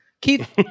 Keith